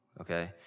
okay